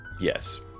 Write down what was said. Yes